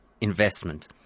Investment